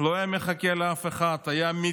הוא לא היה מחכה לאף אחד, הוא היה מתייצב,